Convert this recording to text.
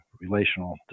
relational